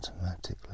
automatically